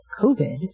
COVID